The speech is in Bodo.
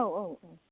औ औ